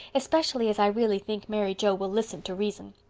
especially as i really think mary joe will listen to reason.